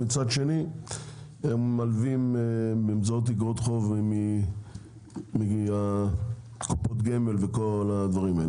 מצד שני הם מלווים באמצעות איגרות חוב מקופות הגמל וכל הדברים האלה.